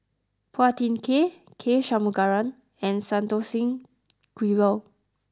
Phua Thin Kiay K Shanmugam and Santokh Singh Grewal